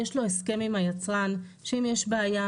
יש לו הסכם עם היצרן שאם יש לו בעיה,